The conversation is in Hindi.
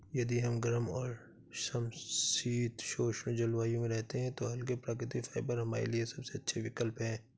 यदि हम गर्म और समशीतोष्ण जलवायु में रहते हैं तो हल्के, प्राकृतिक फाइबर हमारे लिए सबसे अच्छे विकल्प हैं